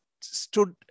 stood